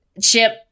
chip